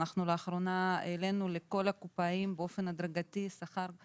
לאחרונה העלינו לכל הקופאים באופן הדרגתי את השכר.